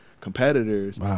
competitors